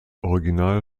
original